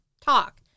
talk